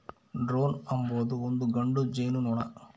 drone ಅಂಬೊದು ಒಂದು ಗಂಡು ಜೇನುನೊಣ